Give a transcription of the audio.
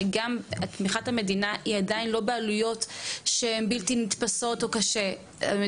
שתמיכת המדינה היא לא בעלויות שהן בלתי נתפסות או שקשה לה לתת.